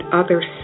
others